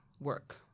work